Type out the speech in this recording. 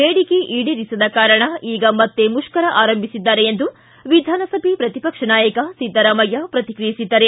ಬೇಡಿಕೆ ಈಡೇರಿಸದ ಕಾರಣ ಈಗ ಮತ್ತೆ ಮುಷ್ಕರ ಆರಂಭಿಸಿದ್ದಾರೆ ಎಂದು ವಿಧಾನಸಭೆ ಪ್ರತಿಪಕ್ಷ ನಾಯಕ ಸಿದ್ದರಾಮಯ್ಯ ಪ್ರತಿಕ್ರಿಯಿಸಿದ್ದಾರೆ